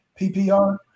PPR